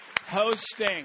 hosting